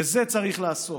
בזה צריך לעסוק,